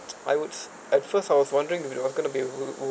I would at first I was wondering if it was going to be worth